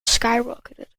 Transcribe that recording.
skyrocketed